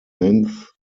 ninth